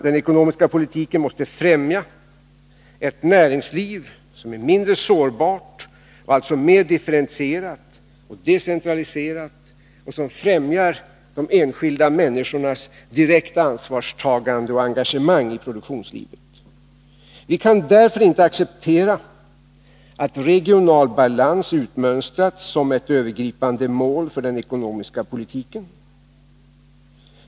Den ekonomiska politiken måste främja ett näringsliv som är mindre sårbart och alltså mer differentierat och decentraliserat och som främjar de enskilda människornas direkta ansvarstagande och engagemang i produktionslivet. Vi kan därför inte acceptera att regional balans utmönstrats som ett övergripande mål för den ekonomiska politiken.